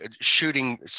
shooting